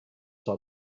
saw